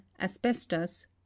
asbestos